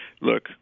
Look